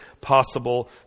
possible